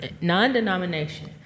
non-denomination